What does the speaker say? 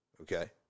Okay